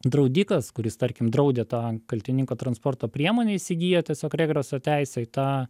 draudikas kuris tarkim draudė tą kaltininko transporto priemonę įsigyja tiesiog regreso teisę į tą